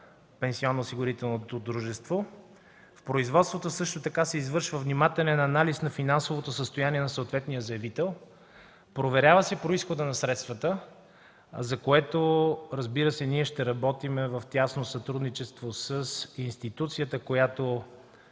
пенсионноосигурителното дружество. В производството също така се извършва внимателен анализ на финансовото състояние на съответния заявител, проверява се произхода на средствата, за което, разбира се, ние ще работим в тясно сътрудничество с институцията, която